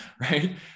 right